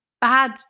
bad